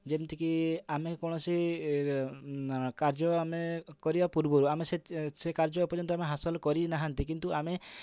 ଯେମତିକି ଆମେ କୌଣସି କାର୍ଯ୍ୟ ଆମେ କରିବା ପୂର୍ବୁରୁ ଆମେ ସେ କାର୍ଯ୍ୟ ଏପର୍ଯ୍ୟନ୍ତ ଆମେ ହାସଲ କରିନାହାଁନ୍ତି କିନ୍ତୁ ଆମେ